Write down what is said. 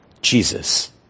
Jesus